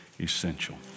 essential